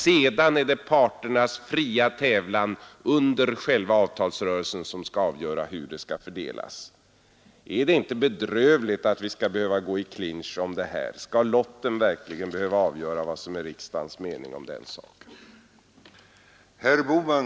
Under själva avtalsrörelsen skall sedan parternas fria tävlan avgöra hur resurserna skall fördelas. Är det inte bedrövligt att vi skall behöva gå i clinch om detta? Skall lotten verkligen behöva avgöra vad som är riksdagens mening om den saken?